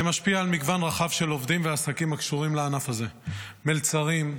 זה משפיע על מגוון רחב של עובדים ועסקים הקשורים לענף הזה: מלצרים,